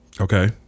Okay